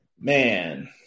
Man